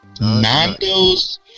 nando's